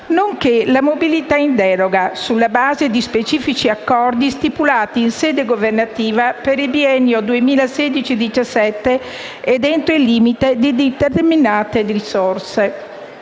nonché la mobilità in deroga, sulla base di specifici accordi stipulati in sede governativa per il biennio 2016-2017 ed entro il limite di determinate risorse.